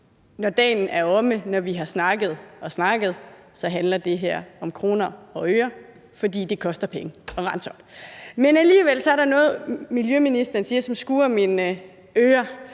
når dagen er omme, når vi har snakket og snakket, handler det her om kroner og øre, for det koster penge at rense op. Men alligevel er der noget, miljøministeren siger, som skurrer i mine ører,